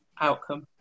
outcome